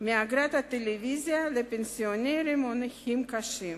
מאגרת הטלוויזיה לפנסיונרים ולנכים קשים.